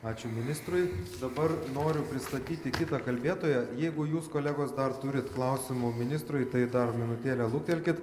ačiū ministrui dabar noriu pristatyti kitą kalbėtoją jeigu jūs kolegos dar turit klausimų ministrui tai dar minutėlę luktelkit